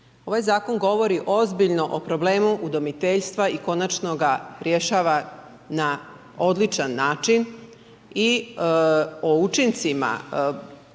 Ovaj zakon govori ozbiljno o problemu udomiteljstva i konačno ga rješava na odličan način i o učincima ovog